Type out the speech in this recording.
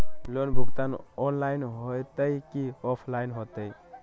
Loan भुगतान online होतई कि ऑफलाइन होतई?